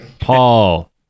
Paul